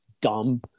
dumb